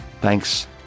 Thanks